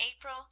April